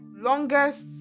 longest